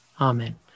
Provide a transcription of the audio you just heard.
Amen